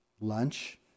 lunch